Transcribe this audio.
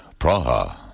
Praha